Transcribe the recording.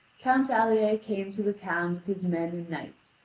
count alier came to the town with his men and knights,